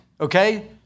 okay